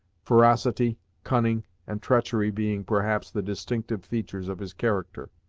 ferocity, cunning and treachery being, perhaps, the distinctive features of his character.